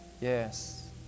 Yes